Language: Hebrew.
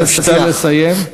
אם אפשר לסיים.